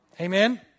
Amen